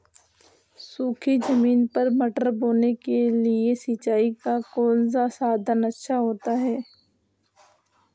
सूखी ज़मीन पर मटर बोने के लिए सिंचाई का कौन सा साधन अच्छा होता है?